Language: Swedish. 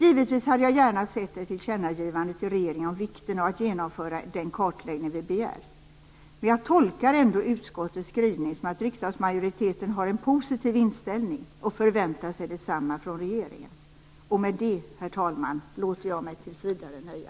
Givetvis hade jag gärna sett ett tillkännagivande till regeringen om vikten av att genomföra den kartläggning vi begär, men jag tolkar ändå utskottets skrivning som att riksdagsmajoriteten har en positiv inställning och förväntar sig detsamma från regeringen. Med det, herr talman, låter jag mig tills vidare nöja.